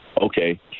Okay